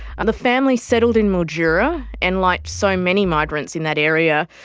and the family settled in mildura and like so many migrants in that area,